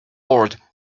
board